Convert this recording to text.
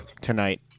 tonight